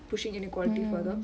mm